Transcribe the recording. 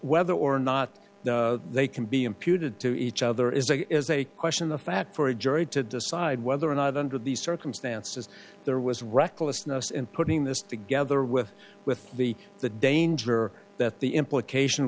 whether or not they can be imputed to each other is it is a question of the fact for a jury to decide whether or not under these circumstances there was recklessness in putting this together with with the the danger that the implication